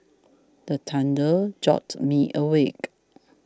the thunder jolt me awake